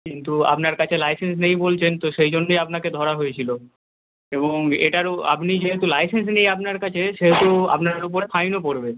কিন্তু আপনার কাছে লাইসেন্স নেই বলছেন তো সেই জন্যেই আপনাকে ধরা হয়েছিল এবং এটারও আপনি যেহেতু লাইসেন্স নেই আপনার কাছে সেহেতু আপনার উপরে ফাইনও পড়বে